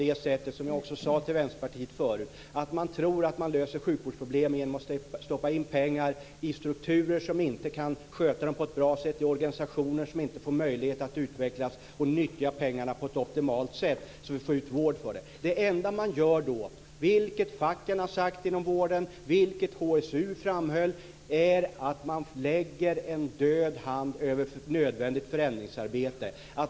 Det är fel, som jag också sade till Vänsterpartiet förut, att tro att man löser sjukvårdsproblemen genom att stoppa in pengar i strukturer som inte kan sköta dem på ett bra sätt och i organisationer som inte får möjlighet att utvecklas och nyttja pengarna på ett optimalt sätt så att vi får ut vård för dem. Det enda man då gör - vilket facken inom vården har sagt och vilket HSU framhöll - är att lägga en död hand över nödvändigt förändringsarbete.